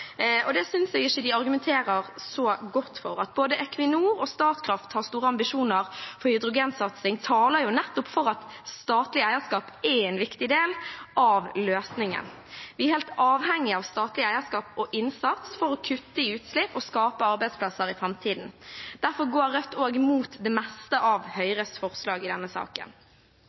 og det synes jeg ikke de argumenterer så godt for. At både Equinor og Statkraft har store ambisjoner for hydrogensatsing, taler nettopp for at statlig eierskap er en viktig del av løsningen. Vi er helt avhengig av statlig eierskap og innsats for å kutte i utslipp og skape arbeidsplasser i framtiden. Derfor går Rødt også imot de fleste av Høyres forslag i denne saken.